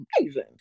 amazing